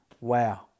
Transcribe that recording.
Wow